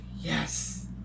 yes